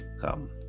come